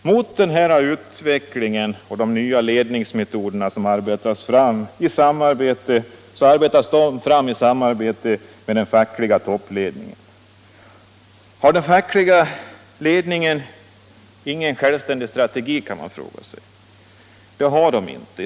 Mot denna utveckling och dessa nya ledningsmetoder, som arbetas fram i samarbete med den fackliga toppledningen, har den fackliga ledningen ingen självständig strategi. Eller har de någon sådan? Svaret är att det har den inte.